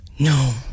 no